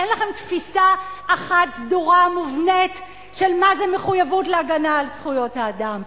אין לכם תפיסה אחת סדורה מובנית של מה זה מחויבות להגנה על זכויות האדם.